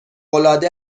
العاده